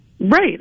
Right